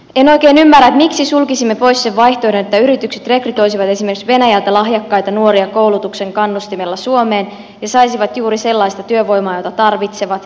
en oikein ymmärrä miksi sulkisimme pois sen vaihtoehdon että yritykset rekrytoisivat esimerkiksi venäjältä lahjakkaita nuoria koulutuksen kannustimella suomeen ja saisivat juuri sellaista työvoimaa jota tarvitsevat